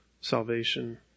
salvation